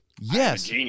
Yes